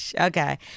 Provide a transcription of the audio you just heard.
Okay